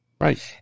Right